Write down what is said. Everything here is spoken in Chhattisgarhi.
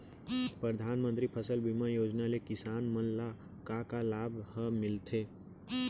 परधानमंतरी फसल बीमा योजना ले किसान मन ला का का लाभ ह मिलथे?